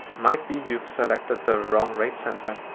might be you've selected the wrong rate center.